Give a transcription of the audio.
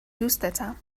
دوستتم